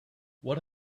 what